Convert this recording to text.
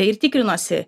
ir tikrinuosi